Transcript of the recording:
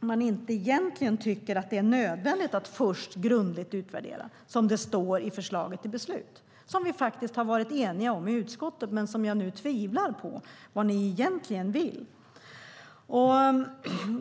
man egentligen inte tycker att det är nödvändigt att först utvärdera grundligt, som det står i förslaget till beslut, som vi faktiskt har varit eniga om i utskottet men där jag nu tvivlar på vad ni egentligen vill?